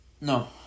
No